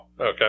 okay